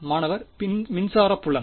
மாணவர் மின்சார புலம்